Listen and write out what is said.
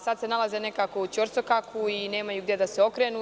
Sada se nalaze nekako u ćor sokaku i nemaju gde da se okrenu.